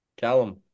Callum